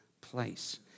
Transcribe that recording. place